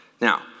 Now